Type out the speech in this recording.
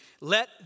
Let